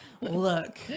Look